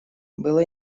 было